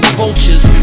vultures